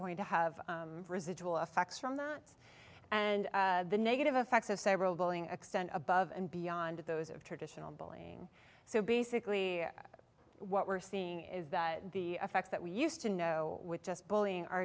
going to have residual effects from that and the negative effects of several bullying extend above and beyond those of traditional bullying so basically what we're seeing is that the effects that we used to know with just bullying are